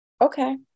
Okay